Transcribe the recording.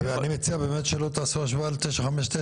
אני מציעה באמת שלא תעשו השוואה ל-959